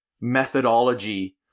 methodology